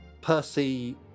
Percy